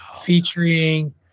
featuring